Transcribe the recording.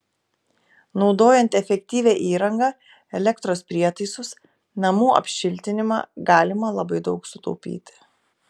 naudojant efektyvią įrangą elektros prietaisus namų apšiltinimą galima labai daug sutaupyti